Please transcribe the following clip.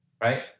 right